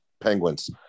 Penguins